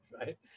right